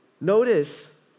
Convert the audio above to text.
Notice